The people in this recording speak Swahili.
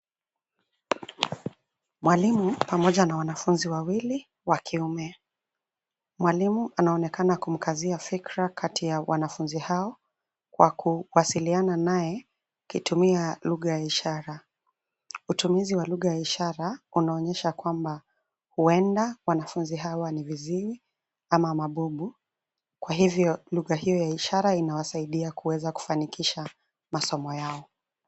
Mwalimu pamoja na wanafunzi wawili wa kiume. Mwalimu anaonekana kumkazia fikra kati ya wanafunzi hao, kwa kuwasiliana naye kutumia lugha ya ishara. Utumizi wa lugha ya ishara unaonyesha kwamba huenda wanafunzi hawa ni viziwi ama mabubu, kwa hivyo lugha hio ya ishara inawasaidia kuweza kufanikisha masomo yao.